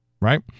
right